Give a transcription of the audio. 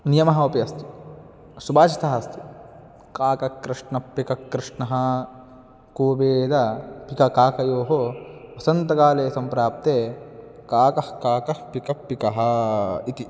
नियमः अपि अस्ति सुभाषितम् अस्ति काकः कृष्णः पिकः कृष्णः को भेदः पिककाकयोः वसन्तकाले सम्प्राप्ते काकः काकः पिकः पिकः इति